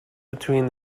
between